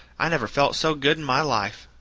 i never felt so good in my life.